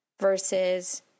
Versus